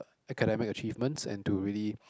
academic achievements and to really